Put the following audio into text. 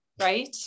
right